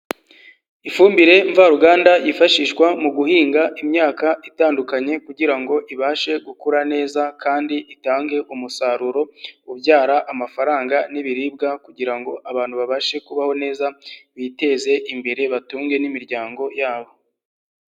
Ifumbire mva ruganda yifashishwa mu guhinga imyaka itandukanye, kugira ngo ibashe gukura neza kandi itange umusaruro ubyara amafaranga n'ibiribwa, kugira ngo abantu babashe kubaho neza biteze imbere, batunge n'imiryango yabo.